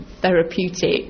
therapeutic